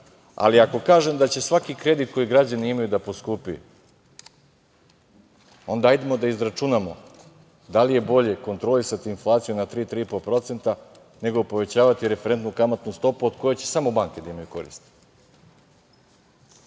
ali ako kažem da će svaki kredit koji građani imaju da poskupi, onda hajdemo da izračunamo da li je bolje kontrolisati inflaciju na 3%, 3,5% nego povećavati referentnu kamatnu stopu od koje će samo banke da imaju korist.